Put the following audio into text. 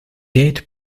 did